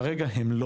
וכרגע הם לא.